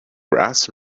grass